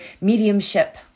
mediumship